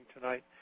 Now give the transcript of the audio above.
tonight